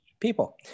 people